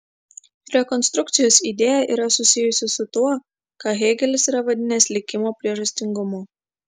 rekonstrukcijos idėja yra susijusi su tuo ką hėgelis yra vadinęs likimo priežastingumu